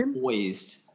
poised